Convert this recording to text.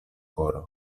koro